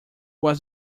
was